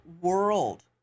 world